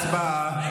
הצבעה.